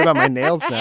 and my nails